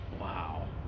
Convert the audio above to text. Wow